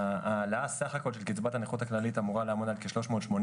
העלאה סך הכול של קצבת הנכות הכללית אמורה לעמוד על כ-380